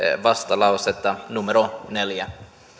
vastalausetta numero neljä